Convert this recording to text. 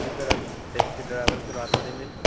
جی sir آپ taxi driver سے بات ہو رہی ہے میری